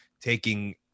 taking